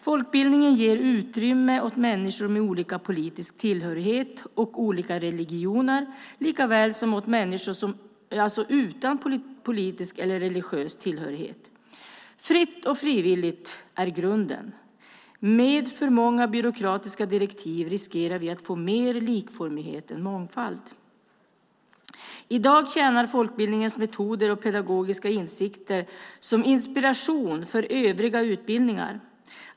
Folkbildningen ger utrymme åt människor med olika politisk tillhörighet och olika religioner likaväl som åt människor utan politisk eller religiös tillhörighet. Fritt och frivilligt är grunden. Med för många byråkratiska direktiv riskerar vi att få mer likformighet än mångfald. I dag tjänar folkbildningens metoder och pedagogiska insikter som inspiration för övriga utbildningar.